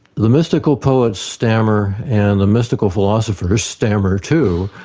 the mystical poets stammer and the mystical philosophers stammer too,